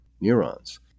neurons